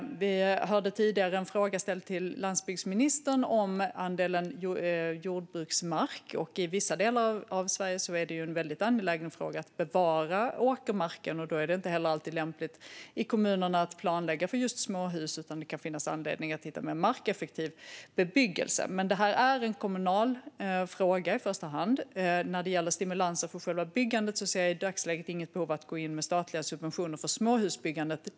Vi hörde tidigare en fråga till landsbygdsministern om andelen jordbruksmark. I vissa delar av Sverige är det ju en väldigt angelägen fråga att bevara åkermarken. Då är det inte alltid lämpligt att planlägga för just småhus i kommunerna, utan det kan finnas anledning att hitta mer markeffektiv bebyggelse. Men det här är en kommunal fråga i första hand. När det gäller stimulanser för själva byggandet ser jag i dagsläget inget behov att gå in med statliga subventioner för småhusbyggandet.